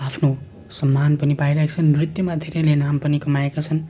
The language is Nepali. आफ्नो सम्मान पनि पाइरहेका छन् नृत्यमा धेरैले नाम पनि कमाएका छन्